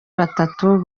batatu